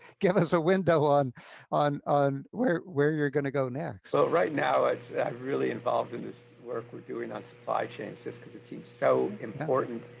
give us a window on on where where you're going to go next? so right now, i'm really involved in this work we're doing on supply chains just because it seems so important.